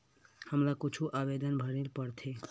हमला कुछु आवेदन भरेला पढ़थे?